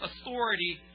authority